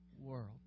world